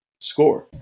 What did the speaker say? score